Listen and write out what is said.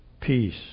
peace